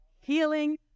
Healing